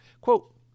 Quote